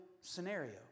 scenario